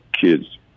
kid's